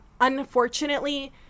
Unfortunately